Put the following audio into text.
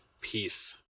Peace